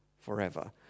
forever